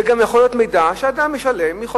זה יכול להיות מידע שאדם משלם עליו,